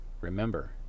remember